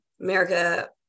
America